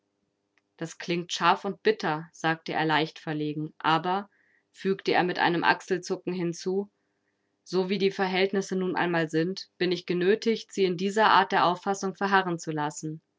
das klingt scharf und bitter sagte er leicht verlegen aber fügte er mit einem achselzucken hinzu so wie die verhältnisse nun einmal sind bin ich genötigt sie in dieser art der auffassung verharren zu lassen